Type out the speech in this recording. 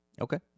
Okay